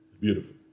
Beautiful